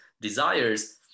desires